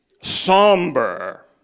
Somber